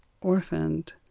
orphaned